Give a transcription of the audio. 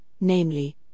namely